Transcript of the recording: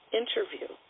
interview